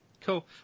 cool